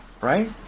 Right